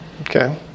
okay